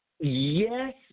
Yes